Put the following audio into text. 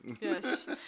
Yes